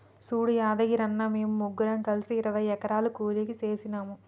సూడు యాదగిరన్న, మేము ముగ్గురం కలిసి ఇరవై ఎకరాలు కూలికి సేసినాము